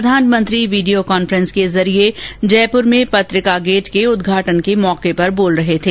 प्रधानमंत्री video conference के जरिये जयपुर में पत्रिका गेट के उद्घाटन के अवसर पर बोल रहे थे